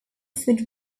food